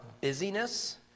busyness